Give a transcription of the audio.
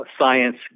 science